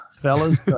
fellas